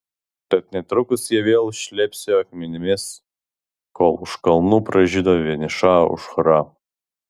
tad netrukus jie vėl šlepsėjo akmenimis kol už kalnų pražydo vieniša aušra